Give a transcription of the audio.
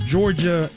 Georgia